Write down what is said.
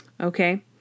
Okay